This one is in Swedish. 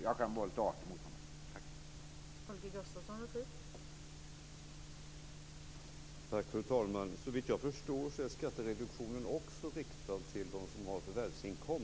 Jag kan vara lite artig mot honom.